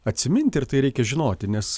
atsiminti ir tai reikia žinoti nes